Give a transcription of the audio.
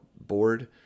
board